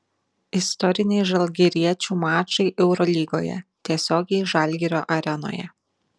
istoriniai žalgiriečių mačai eurolygoje tiesiogiai žalgirio arenoje